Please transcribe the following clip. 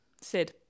Sid